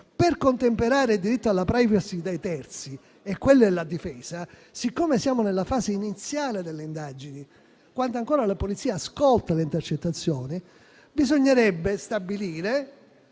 Per contemperare il diritto alla *privacy* dei terzi e quello della difesa, siccome siamo nella fase iniziale delle indagini, quando ancora la polizia ascolta le intercettazioni, bisognerebbe stabilire